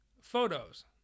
photos